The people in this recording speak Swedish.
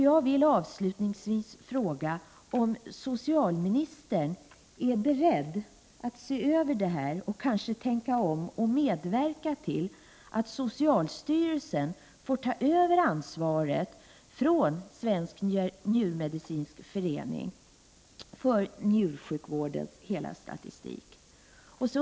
Jag vill avslutningsvis fråga om socialministern är beredd att se över området, kanske tänka om och medverka till att socialstyrelsen får ta över ansvaret från Svensk njurmedicinsk förening för njursjukvårdens hela statistik.